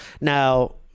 Now